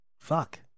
fuck